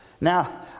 Now